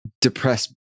depressed